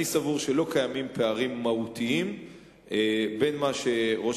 אני סבור שלא קיימים פערים מהותיים בין מה שראש